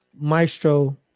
Maestro